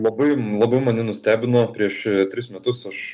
labai labai mane nustebino prieš tris metus aš